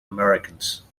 americans